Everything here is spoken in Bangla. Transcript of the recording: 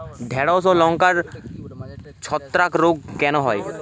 ঢ্যেড়স ও লঙ্কায় ছত্রাক রোগ কেন হয়?